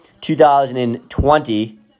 2020